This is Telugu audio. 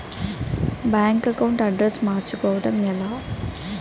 బ్యాంక్ అకౌంట్ అడ్రెస్ మార్చుకోవడం ఎలా?